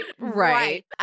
right